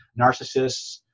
narcissists